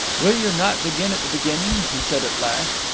will you not begin at the beginning? he said at last.